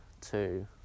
two